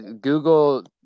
Google